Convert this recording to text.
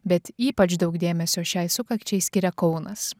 bet ypač daug dėmesio šiai sukakčiai skiria kaunas